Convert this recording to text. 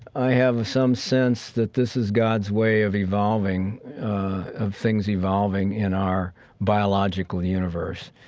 i have some sense that this is god's way of evolving of things evolving in our biological universe.